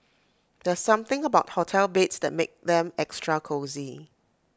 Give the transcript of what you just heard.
there's something about hotel beds that makes them extra cosy